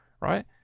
right